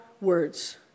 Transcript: words